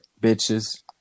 bitches